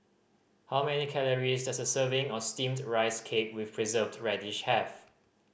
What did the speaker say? how many calories does a serving of Steamed Rice Cake with Preserved Radish have